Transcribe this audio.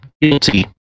guilty